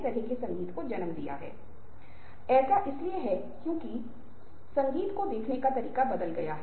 इसलिए जब हम बड़े हो जाते हैं तो मूल व्यवहार बुनियादी जिसे वृत्ति कहा जाता है वही रहता है